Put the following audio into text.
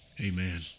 Amen